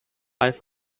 found